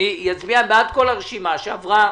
אני אצביע בעד כל הרשימה שעברה